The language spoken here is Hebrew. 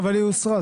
אבל היא הוסרה.